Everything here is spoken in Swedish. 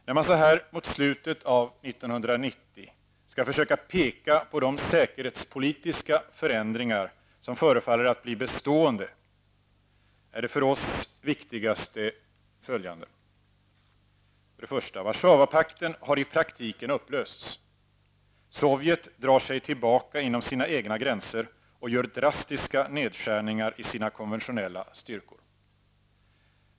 När man så här mot slutet av 1990 skall försöka peka på de säkerhetspolitiska förändringar som förefaller att bli bestående, är de för oss viktigaste följande: Warszawapakten har i praktiken upplösts. Sovjet drar sig tillbaka inom sina egna gränser och gör drastiska nedskärningar i sina konventionella styrkor.